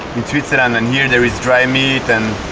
in switzerland and here there is dry meat and